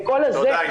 בכל הזה,